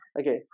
Okay